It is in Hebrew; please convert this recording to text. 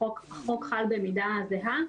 החוק חל במידה זהה,